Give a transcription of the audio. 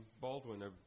Baldwin